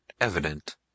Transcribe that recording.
evident